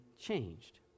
changed